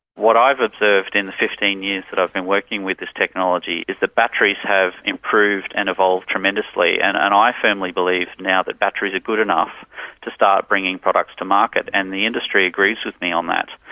what i've observed in the fifteen years that i've been working with this technology is that batteries have improved and evolved tremendously. and and i firmly believe now that batteries are good enough to start bringing products to market, and the industry agrees with me on that.